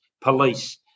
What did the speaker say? police